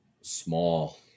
Small